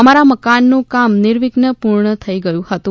અમારા મકાનનું કામ નિર્વિઘ્ને પૂર્ણ થઇ ગયુ હતું